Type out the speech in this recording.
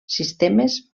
sistemes